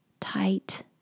tight